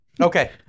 Okay